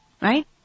right